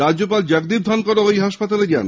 রাজ্যপাল জগদীপ ধানকর হাসপাতালে যান